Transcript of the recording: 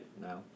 Now